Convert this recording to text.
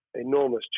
enormous